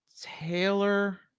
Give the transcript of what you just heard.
Taylor